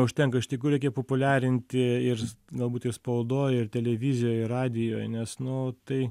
neužtenka iš tikrųjų reikia populiarinti ir galbūt ir spaudoj ir televizijoj radijuj ane nu tai